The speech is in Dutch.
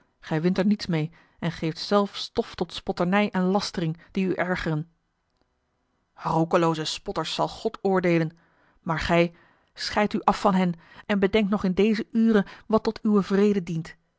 gij wint er niets meê en geeft zelf stof tot spotternij en lastering die u ergeren roekelooze spotters zal god oordeelen maar gij scheid u af van hen en bedenk nog in deze ure wat tot uwen vrede dient